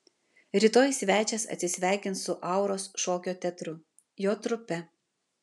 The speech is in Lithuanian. rytoj svečias atsisveikins su auros šokio teatru jo trupe